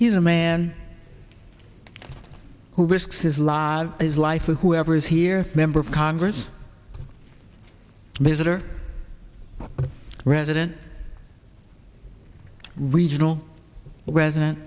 he's a man who risks his life is life with whoever is here member of congress visitor a resident regional resident